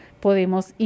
Podemos